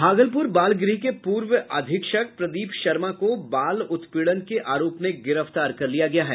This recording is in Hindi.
भागलपूर बाल गृह के पूर्व अधीक्षक प्रदीप शर्मा को बाल उत्पीड़न के आरोप में गिरफ्तार कर लिया गया है